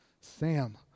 Sam